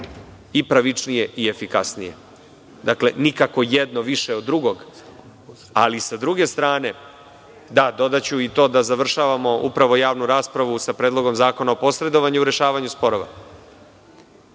i pravičnije i efikasnije. Nikako jedno više od drugog, ali sa druge strane ću dodati i to da završavamo javnu raspravu sa Predlogom zakona o posredovanju u rešavanju sporova.